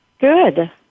Good